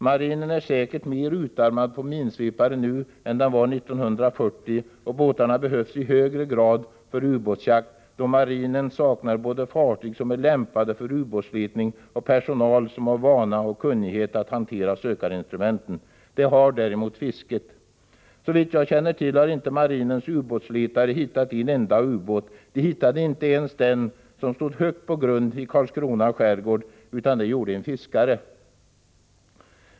Marinen är säkert mera utarmad på minsvepare nu än den var 1940, och båtarna behövs i högre grad för ubåtsjakt, då marinen saknar både fartyg som är lämpade för ubåtsletning och personal som har vana och kunnighet att hantera sökarinstrumenten. Detta har däremot fisket. Såvitt jag känner till har inte marinens ubåtsletare hittat en enda ubåt. De hittade inte ens den som stod högt på grund i Karlskrona skärgård, utan det gjorde en fiskare.